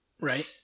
Right